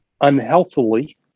unhealthily